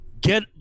Get